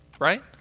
right